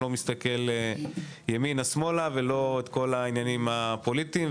לא מסתכל ימינה ושמאלה ולא על עניינים פוליטיים.